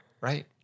right